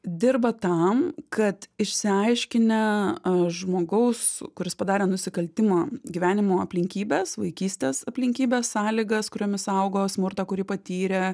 dirba tam kad išsiaiškinę a žmogaus kuris padarė nusikaltimą gyvenimo aplinkybes vaikystės aplinkybes sąlygas kuriomis augo smurtą kurį patyrė